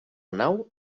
nau